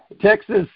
Texas